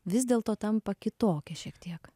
vis dėl to tampa kitokia šiek tiek